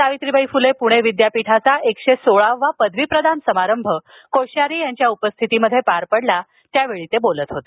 सावित्रीबाई फुले पुणे विद्यापीठाचा एकशे सोळावा पदवीप्रदान समारंभ कोश्यारी यांच्या उपस्थितीत पार पडला त्यावेळी ते बोलत होते